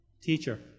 teacher